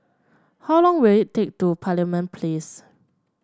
how long will it take to Parliament Place